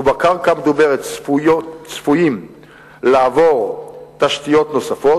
ובקרקע המדוברת צפויות לעבור תשתיות נוספות,